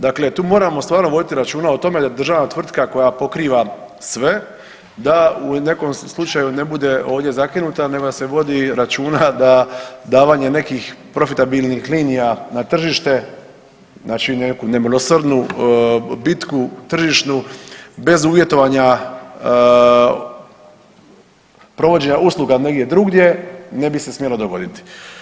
Dakle tu moramo stvarno voditi računa o tome da državna tvrtka koja pokriva sve da u nekom slučaju ne bude ovdje zakinuta nego da se vodi računa da davanje nekih profitabilnih linija na tržište, znači neku nemilosrdnu bitku tržišnu bez uvjetovanja provođenja usluga negdje drugdje ne bi se smjelo dogoditi.